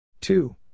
Two